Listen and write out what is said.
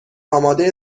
آماده